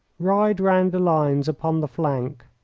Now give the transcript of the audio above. ride round the lines upon the flank,